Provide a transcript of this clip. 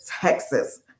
Texas